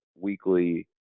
weekly